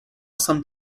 some